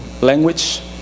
Language